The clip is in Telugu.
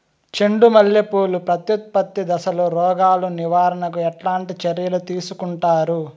చెండు మల్లె పూలు ప్రత్యుత్పత్తి దశలో రోగాలు నివారణకు ఎట్లాంటి చర్యలు తీసుకుంటారు?